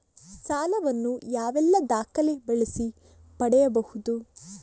ಸಾಲ ವನ್ನು ಯಾವೆಲ್ಲ ದಾಖಲೆ ಬಳಸಿ ಪಡೆಯಬಹುದು?